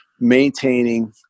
maintaining